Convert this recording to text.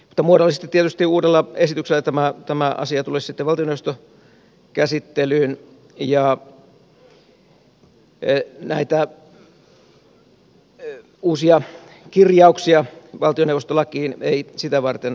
mutta muodollisesti tietysti uudella esityksellä tämä asia tulisi sitten valtioneuvoston käsittelyyn ja näitä uusia kirjauksia valtioneuvostolakiin ei sitä varten tarvita